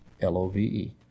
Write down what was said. L-O-V-E